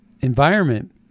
environment